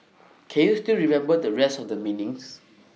can you still remember the rest of the meanings